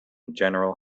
general